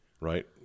right